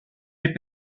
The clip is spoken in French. les